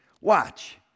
Watch